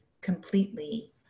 completely